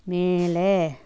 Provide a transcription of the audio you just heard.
மேலே